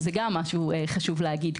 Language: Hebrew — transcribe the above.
זה גם משהו שחשוב להגיד.